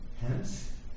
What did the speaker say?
Hence